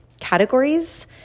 categories